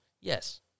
Yes